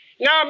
Now